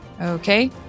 Okay